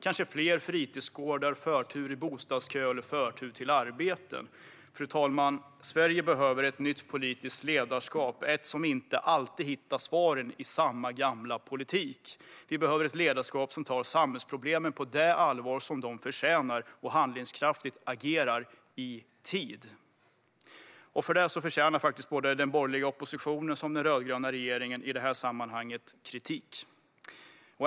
Kanske ska det också vara fler fritidsgårdar eller förtur i bostadsköer eller till arbete. Fru talman! Sverige behöver ett nytt politiskt ledarskap, ett som inte alltid hittar svaren i samma gamla politik. Vi behöver ett ledarskap som tar samhällsproblemen på det allvar som de förtjänar och handlingskraftigt agerar i tid. I detta sammanhang förtjänar faktiskt både den borgerliga oppositionen och den rödgröna regeringen kritik.